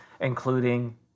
including